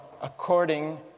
according